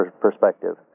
perspective